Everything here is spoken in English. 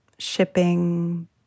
Shipping